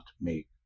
make